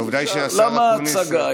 העובדה היא שהשר אקוניס, למה ההצגה?